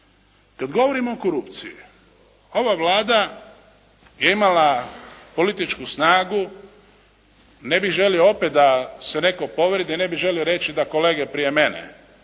Kada govorimo o korupciji, ova Vlada je imala političku snagu ne bih želio opet da se netko povrijedi, ne bih želio reći da kolege prije mene